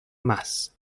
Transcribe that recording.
más